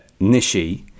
Nishi